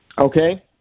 Okay